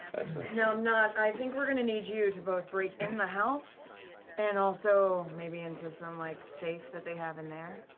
so you know nott, i think we're going to need you to both break in the house and also maybe into some like safe that they have in there.